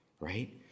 Right